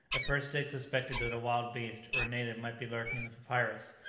at first dick suspected that a wild beast or a native might be lurking in the papyrus,